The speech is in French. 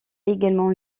également